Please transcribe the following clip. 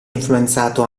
influenzato